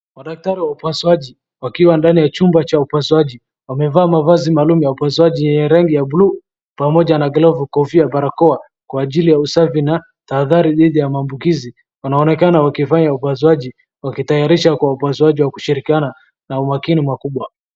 Madaktari wa upasauji wakiwa ndani ya chumba cha upasuaji. Wamevaa mavazi maalumu ya upasuaji yenye rangi ya blue pamoja na kofia barakoa kwa ajili ya usafi na taadhari dhidi ya maambukizi. Wanaonekana wakifanya upasuaji wakitayarisha kwa upasuaji wa kushirikiana na umakini mkubwa.